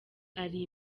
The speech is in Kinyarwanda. ari